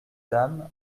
dames